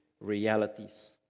realities